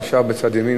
אם אפשר בצד ימין,